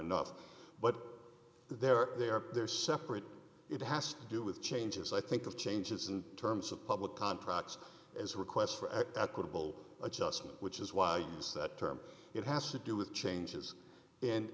enough but they're there they're separate it has to do with changes i think of changes in terms of public contracts as requests for acquittal adjustment which is why it's that term it has to do with changes and